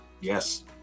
Yes